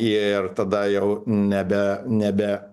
ir tada jau nebe nebe